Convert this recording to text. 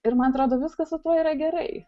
ir man atrodo viskas su tuo yra gerai